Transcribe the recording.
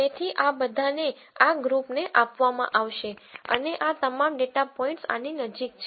તેથી આ બધાને આ ગ્રુપને આપવામાં આવશે અને આ તમામ ડેટા પોઇન્ટ્સ આની નજીક છે